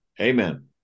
Amen